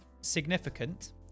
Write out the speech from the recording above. Significant